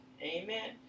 Amen